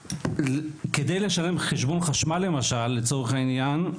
כדי לשלם חשבון חשמל למשל לצורך העניין,